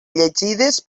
llegides